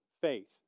faith